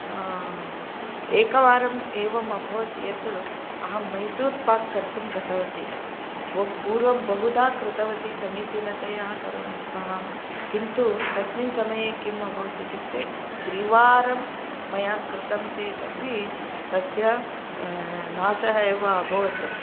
एकवारम् एवम् अभवत् यत् अहं मैसूर् पाक् कर्तुं गतवती ब पूर्वं बहुधा कृतवती समीचीनतया करोमि स्म अहं किन्तु तस्मिन् समये किं अभवत् इत्युक्ते त्रिवारं मया कृतं चेत् अपि तस्य नाशः एव अभवत्